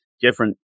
different